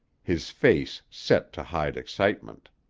his face set to hide excitement.